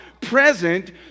present